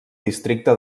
districte